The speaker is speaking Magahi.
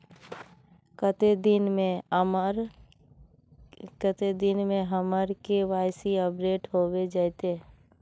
कते दिन में हमर के.वाई.सी अपडेट होबे जयते?